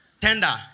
Tender